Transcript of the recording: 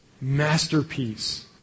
masterpiece